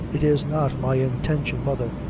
it is not my intention, mother,